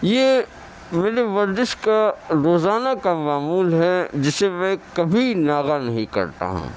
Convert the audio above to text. یہ میرے ورزش کا روزانہ کا معمول ہے جسے میں کبھی ناغہ نہیں کرتا ہوں